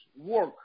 work